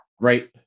Right